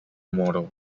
model